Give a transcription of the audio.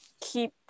keep